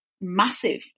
massive